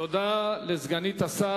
תודה לסגנית השר.